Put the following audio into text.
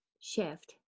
shift